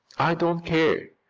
i don't care,